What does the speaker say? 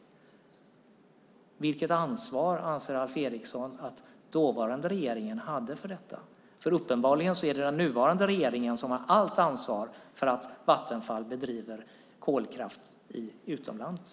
Vilket ansvar anser Alf Eriksson att den dåvarande regeringen hade för detta? Uppenbarligen är det den nuvarande regeringen som har allt ansvar för att Vattenfall driver kolkraftverk utomlands.